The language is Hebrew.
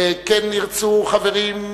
כן ירצו חברים,